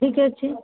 ଠିକ ଅଛି